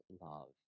love